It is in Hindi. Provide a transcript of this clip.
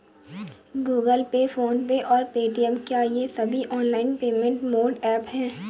गूगल पे फोन पे और पेटीएम क्या ये सभी ऑनलाइन पेमेंट मोड ऐप हैं?